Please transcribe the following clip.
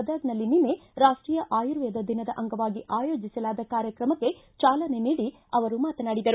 ಗದಗ್ನಲ್ಲಿ ನಿನ್ನೆ ರಾಷ್ಟೀಯ ಆಯುರ್ವೇದ ದಿನದ ಅಂಗವಾಗಿ ಆಯೋಜಿಸಲಾದ ಕಾರ್ಯಕ್ರಮಕ್ಕೆ ಚಾಲನೆ ನೀಡಿ ಅವರು ಮಾತನಾಡಿದರು